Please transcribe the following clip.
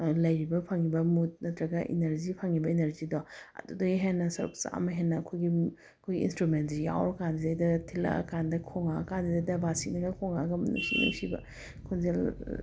ꯂꯩꯔꯤꯕ ꯐꯪꯉꯤꯕ ꯃꯨꯠ ꯅꯠꯇ꯭ꯔꯒ ꯏꯅꯔꯖꯤ ꯐꯪꯉꯤꯕ ꯏꯅꯔꯖꯤꯗꯣ ꯑꯗꯨꯗꯒꯤ ꯍꯦꯟꯅ ꯁꯔꯨꯛ ꯆꯥꯝꯃ ꯍꯦꯟꯅ ꯑꯩꯈꯣꯏꯒꯤ ꯑꯩꯈꯣꯏ ꯏꯟꯁꯇ꯭ꯔꯨꯃꯦꯟꯁꯤ ꯌꯥꯎꯔ ꯀꯥꯟꯁꯤꯗꯩꯗ ꯊꯤꯜꯂꯛꯑꯀꯥꯟꯗ ꯈꯣꯡꯉꯛꯑꯀꯥꯟꯗꯨꯗꯩꯗ ꯕꯥꯁꯤꯅꯒ ꯈꯣꯡꯉꯛꯑꯒ ꯅꯨꯡꯁꯤ ꯅꯨꯡꯁꯤꯕ ꯈꯣꯟꯖꯦꯜ